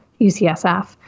UCSF